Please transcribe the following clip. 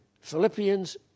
Philippians